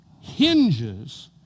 hinges